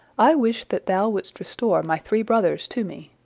i wish that thou wouldst restore my three brothers to me.